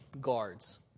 guards